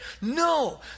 No